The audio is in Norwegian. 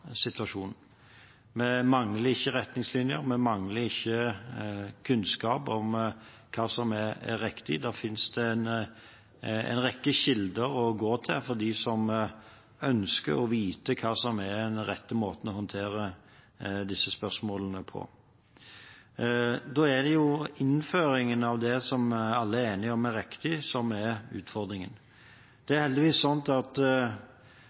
situasjonen. Vi mangler ikke retningslinjer, vi mangler ikke kunnskap om hva som er riktig. Det finnes en rekke kilder å gå til for dem som ønsker å vite hva som er den rette måten å håndtere disse spørsmålene på. Det er innføringen av det som alle er enige om er riktig, som er utfordringen. Når det gjelder de tiltakene som er satt i gang, er det heldigvis ikke slik at